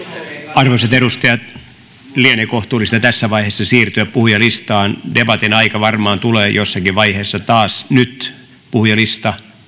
arvoisat edustajat lienee kohtuullista tässä vaiheessa siirtyä puhujalistaan debatin aika varmaan tulee jossakin vaiheessa taas nyt puhujalista